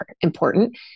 important